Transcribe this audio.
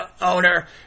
owner